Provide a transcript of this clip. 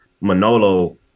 Manolo